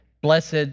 Blessed